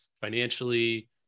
financially